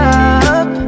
up